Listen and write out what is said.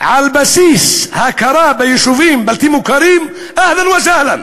על בסיס הכרה ביישובים הבלתי-מוכרים, אהלן וסהלן,